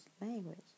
language